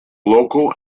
local